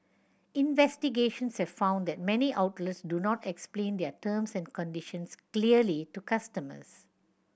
investigations have found that many outlets do not explain their terms and conditions clearly to customers